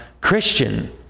Christian